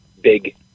big